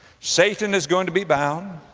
satan is going to be bound.